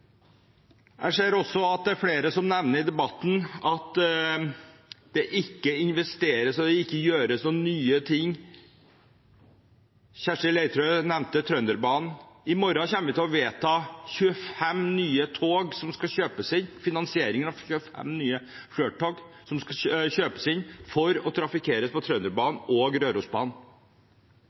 Jeg ser også at det er flere som nevner i debatten at det ikke investeres eller gjøres nye ting. Kirsti Leirtrø nevnte Trønderbanen. I morgen kommer vi til å vedta finansieringen av 25 nye Flirt-tog som skal kjøpes inn for trafikkering på Trønderbanen og Rørosbanen.